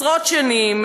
עשרות שנים,